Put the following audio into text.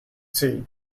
sea